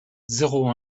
zéro